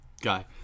guy